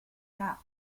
gap